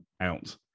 out